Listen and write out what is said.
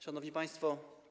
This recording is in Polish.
Szanowni Państwo!